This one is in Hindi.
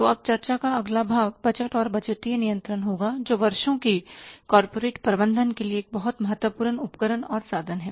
तो अब चर्चा का अगला भाग बजट और बजटीय नियंत्रण होगा जो वर्षों के कॉर्पोरेट प्रबंधन के लिए एक बहुत महत्वपूर्ण उपकरण और साधन है